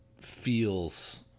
feels